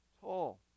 tall